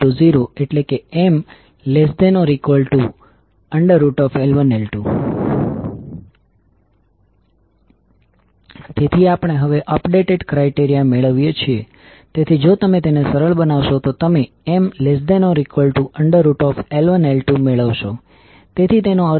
તેથી આ ફરીથી રજૂ કરવામાં આવશે તે હેનરી માં માપવામાં આવશે અથવા ટૂંકમાં તમે તેને કેપિટલ H તરીકે લખી શકો છો